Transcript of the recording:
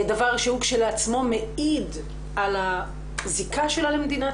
דבר שכשלעצמו מעיד על הזיקה שלה למדינת